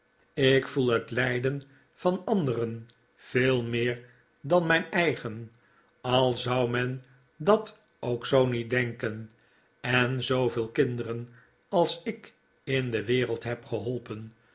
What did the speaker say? ik voel het lijden van anderen veel meer dan mijn eigen al zou men dat ook zoo niet denken en zooveel kinderen als ik in de wereld heb geholpen